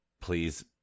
please